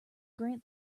grant